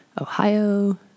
Ohio